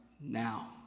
now